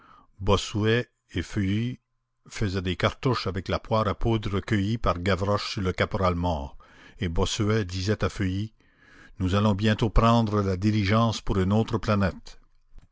bossuet et feuilly faisaient des cartouches avec la poire à poudre cueillie par gavroche sur le caporal mort et bossuet disait à feuilly nous allons bientôt prendre la diligence pour une autre planète